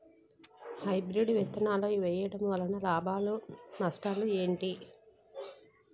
Hybrid విత్తనాలు వేయటం వలన లాభాలు నష్టాలు ఏంటి?